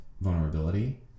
vulnerability